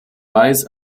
weiss